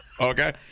Okay